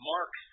Mark